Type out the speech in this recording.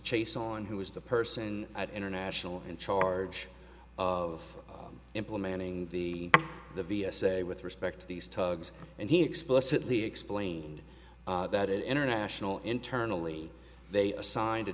chase on who was the person at international in charge of implementing the the via say with respect to these tugs and he explicitly explained that it international internally they assigned a